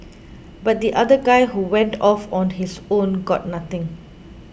but the other guy who went off on his own got nothing